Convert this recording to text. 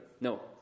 No